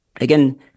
Again